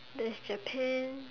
there's Japan